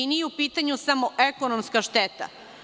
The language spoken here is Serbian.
Nije u pitanju samo ekonomska šteta.